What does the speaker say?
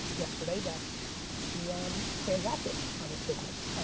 yesterday that we um transacted on this business.